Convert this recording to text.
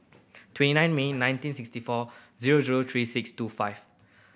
twenty nine May nineteen sixty four zero zero three six two five